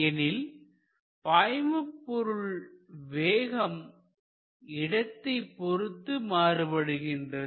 எனில் பாய்மபொருள் வேகம் இடத்தைப் பொறுத்து மாறுபடுகின்றது